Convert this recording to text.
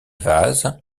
vase